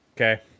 Okay